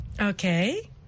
Okay